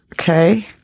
Okay